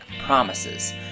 Promises